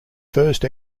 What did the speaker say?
first